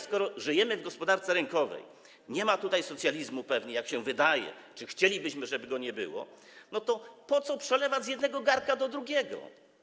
Skoro żyjemy w gospodarce rynkowej, nie ma tutaj socjalizmu, jak się wydaje, czy chcielibyśmy, żeby go nie było, to po co przelewać z jednego garnka do drugiego?